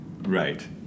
Right